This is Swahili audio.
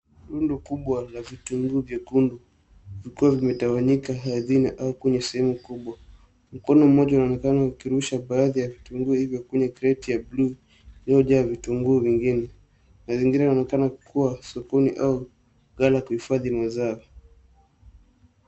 Rundo kubwa la vitunguu vyekundu vikiwa vimetawanyika ardhini au kwenye sehemu kubwa. Mkono mmoja unaonekana ukirusha baadhi ya vitunguu hivyo kwenye kreti ya bluu iliyojaa vitunguu vingine na lingine linaonekana kuwa sokoni au ghala ya kuhifadhi mazao.